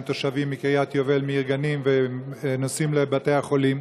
תושבים מקריית יובל ומעיר גנים ועם נוסעים לבתי-החולים,